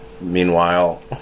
Meanwhile